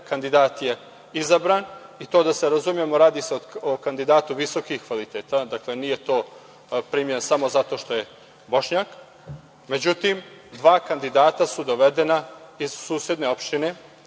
kandidat je izabran i da se razumemo radi se o kandidatu visokih kvaliteta. Nije da je primljen samo zato što je Bošnjak. Međutim, dva kandidata su dovedena iz susedne opštine